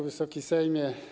Wysoki Sejmie!